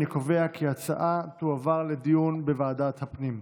אני קובע כי ההצעה תועבר לדיון בוועדת הפנים.